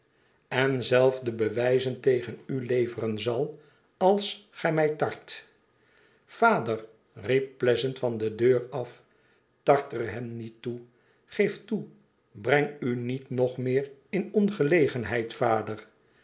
en zelfde bewijzen tegen u leveren zal als gij mij tart vader riep pleasant van de deur af tart er hem niet toe geef toe breng u niet nog meer in ongelegenheid vader